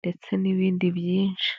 ndetse n'ibindi byinshi.